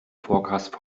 forecast